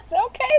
okay